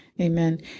Amen